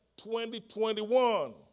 2021